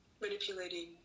manipulating